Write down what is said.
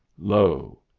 low,